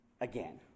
again